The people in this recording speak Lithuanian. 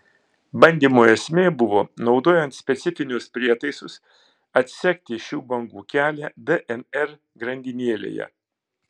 bandymo esmė buvo naudojant specifinius prietaisus atsekti šių bangų kelią dnr grandinėlėje